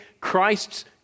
Christ's